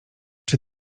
czy